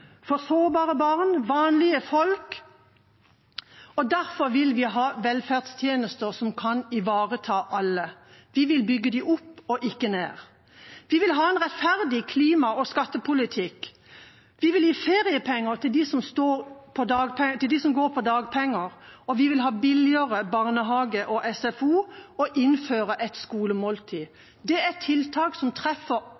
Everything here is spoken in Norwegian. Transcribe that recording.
for sårbare barn, vanlige folk. Derfor vil vi ha velferdstjenester som kan ivareta alle. Vi vil bygge dem opp og ikke ned. Vi vil ha en rettferdig klima- og skattepolitikk. Vi vil gi feriepenger til dem som går på dagpenger, vi vil ha billigere barnehage og SFO og innføre et